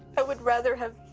i would rather have